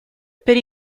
per